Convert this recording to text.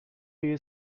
you